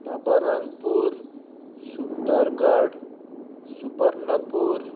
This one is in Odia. ନବରଙ୍ଗପୁର ସୁନ୍ଦରଗଡ଼ ସୁବର୍ଣ୍ଣପୁର